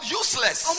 useless